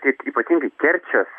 kaip ypatingai kerčės